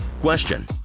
Question